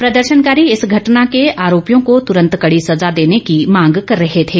प्रदर्शनकारी इस घटना के आरोपियों को तुरन्त कड़ी सजा देने की मांग कर रहे थे